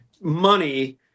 money